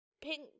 pink